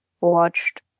watched